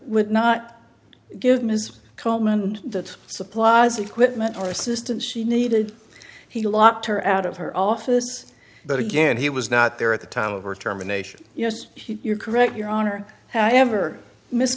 would not give mrs coleman the supplies equipment or assistance she needed he locked her out of her office but again he was not there at the time of her terminations yes you're correct your honor however miss